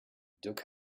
dirk